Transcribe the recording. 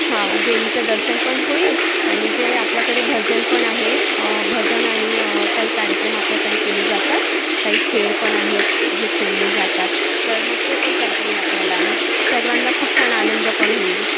हा देवीचं दर्शन पण होईल आणि जे आपल्याकडे भजन पण आहे भजन आणि काही कार्यक्रम आपल्याकडे केले जातात काही खेळ पण आहेत जे खेळले जातात तर मग ते पण करता येईल आपल्याला सर्वांना खूप छान आनंद पण होईल